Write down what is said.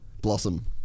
Blossom